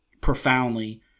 profoundly